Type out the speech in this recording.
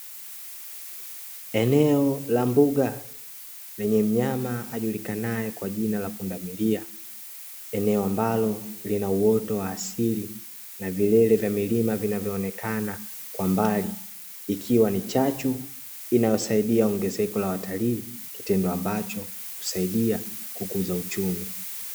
Eneo la mbuga lenye mnyama ajulikanaye kwa jina la pundamilia. Eneo ambalo lina uoto wa asili na vilele vya milima vinavyoonekana kwa mbali ikiwa ni chachu inayosaidia ongezeko la watalii, kitendo ambacho husaidia kukuza uchumi.